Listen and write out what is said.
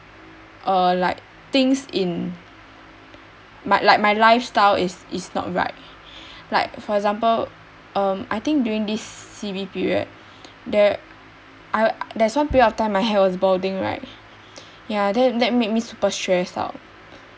uh like things in my like my lifestyle is is not right like for example um I think doing this C_B period there I there's one of period of time my hair was balding right ya then that made me super stressed out